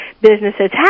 businesses